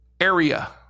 area